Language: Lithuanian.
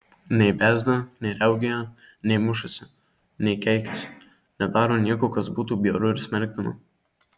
nei bezda nei riaugėja nei mušasi nei keikiasi nedaro nieko kas būtų bjauru ir smerktina